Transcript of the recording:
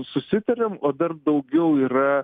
susitarėm o dar daugiau yra